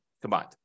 combined